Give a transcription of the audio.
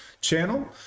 channel